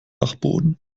dachboden